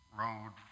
road